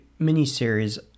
miniseries